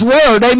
Word